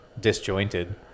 disjointed